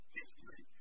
history